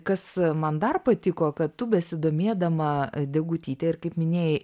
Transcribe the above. kas man dar patiko kad tu besidomėdama degutyte ir kaip minėjai